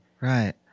Right